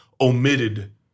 omitted